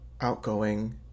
outgoing